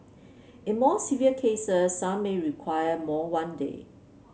in more severe cases some may require more one day